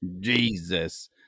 Jesus